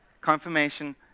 Confirmation